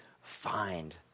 find